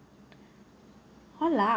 all lah